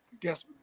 guess